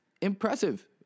impressive